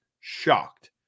shocked